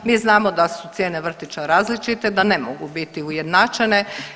Mi znamo da su cijene vrtića različite, da ne mogu biti ujednačene.